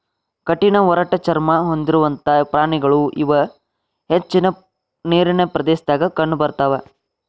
ಕಠಿಣ ಒರಟ ಚರ್ಮಾ ಹೊಂದಿರುವಂತಾ ಪ್ರಾಣಿಗಳು ಇವ ಹೆಚ್ಚ ನೇರಿನ ಪ್ರದೇಶದಾಗ ಕಂಡಬರತಾವ